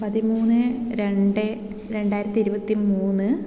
പതിമൂന്ന് രണ്ട് രണ്ടായിരത്തി ഇരുപത്തി മൂന്ന്